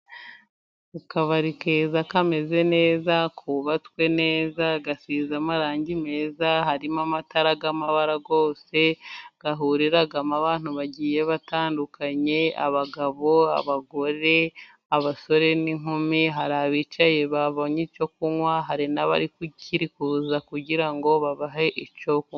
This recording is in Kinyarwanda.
Ku kabari keza kameze neza, kubatswe neza, gasize amarangi meza, harimo amatara y'amabara yose. Gahuriramo abantu bagiye batandukanye: abagabo, abagore, abasore n'inkumi. Hari abicaye babonye icyo kunywa, hari n'abakiri kuza kugira ngo babahe icyo kunywa.